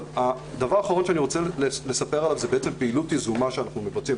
הדבר האחרון שאני רוצה לספר עליו הוא על פעילות יזומה שאנחנו מבצעים.